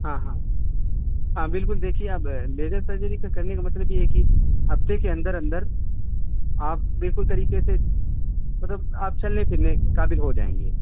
ہاں ہاں ہاں بالکل دیکھیے اب لیزر سرجری کا کرنے کا مطلب یہ ہے کہ ہفتے کے اندر اندر آپ بالکل طریقے سے مطلب آپ چلنے پھرنے قابل ہو جائیں گے